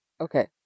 Okay